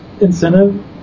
incentive